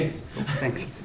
thanks